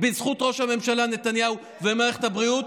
בזכות ראש הממשלה נתניהו ומערכת הבריאות,